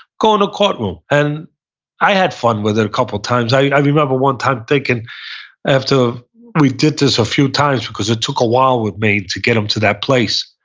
go in the ah court room and i had fun with it couple times. i remember one time thinking, after we did this a few times, because it took a while with main, to get him to that place,